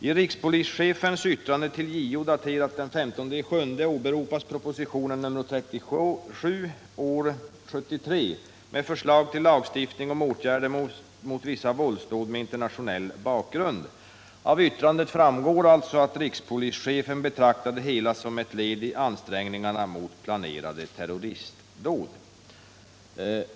I rikspolischefens yttrande till JO daterat den 15 juli, åberopas propositionen 37 år 1973 med förslag till lagstiftning om åtgärder mot vissa våldsdåd med internationell bakgrund. Av yttrandet framgår att rikspolischefen betraktar det hela som ett led i ansträngningarna mot planerade terroristdåd.